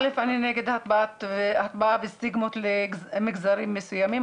קודם כל אני נגד הטבעה וסטיגמות למגזרים מסוימים,